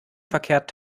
verkehrt